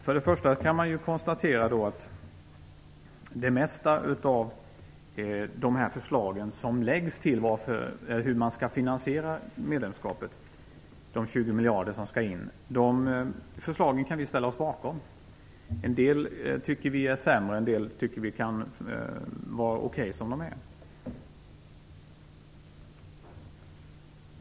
Först och främst kan man konstatera att vi kan ställa oss bakom de flesta av förslagen till hur man skall finansiera medlemskapet, en kostnad på 20 miljarder. En del tycker vi är sämre. En del kan vara okej som de är.